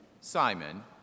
Simon